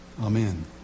Amen